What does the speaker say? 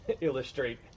illustrate